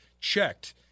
checked